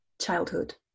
childhood